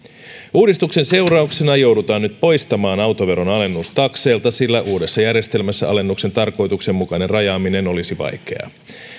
uudistuksen seurauksena joudutaan nyt poistamaan autoveron alennus takseilta sillä uudessa järjestelmässä alennuksen tarkoituksenmukainen rajaaminen olisi vaikeaa